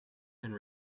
and